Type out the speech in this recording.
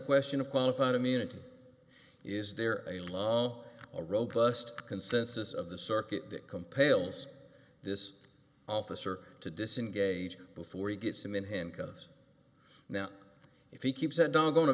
question of qualified immunity is there a law a robust consensus of the circuit that compels this officer to disengage before he gets them in handcuffs now if he keeps a dog on a